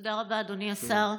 תודה רבה, אדוני השר.